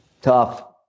Tough